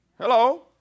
Hello